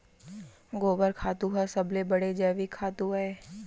गोबर खातू ह सबले बड़े जैविक खातू अय